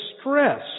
stress